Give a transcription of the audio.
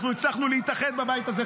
אנחנו הצלחנו להתאחד בבית הזה,